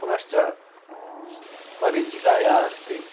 पुनश्च मरीचिका या अस्ति